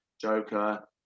Joker